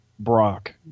brock